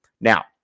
Now